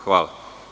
Hvala.